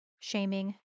shaming